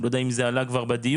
אני לא יודע אם זה עלה כבר בדיון,